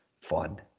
fun